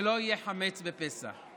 שלא יהיה חמץ בפסח,